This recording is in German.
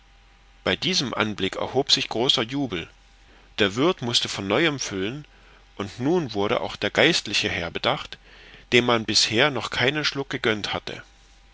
bei diesem anblick erhob sich großer jubel der wirth mußte von neuem füllen und nun wurde auch der geistliche herr bedacht dem man bisher noch keinen schluck gegönnt hatte